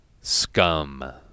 Scum